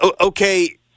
okay